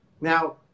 Now